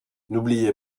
n’oubliez